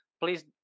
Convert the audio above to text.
please